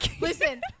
Listen